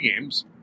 games